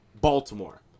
Baltimore